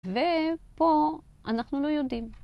ופה אנחנו לא יודעים.